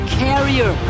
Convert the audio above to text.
carrier